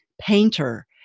painter